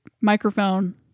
microphone